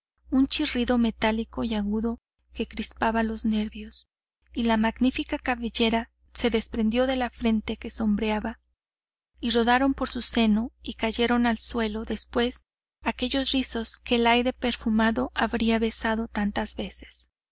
un chirrido metálico y agudo que crispaba los nervios y la magnífica cabellera se desprendió de la frente que sombreaba y rodaron por su seno y cayeron al suelo después aquellos rizos que el aire perfumado habría besado tantas veces